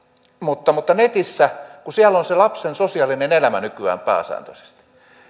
mutta mutta kun netissä on se lapsen sosiaalinen elämä nykyään pääsääntöisesti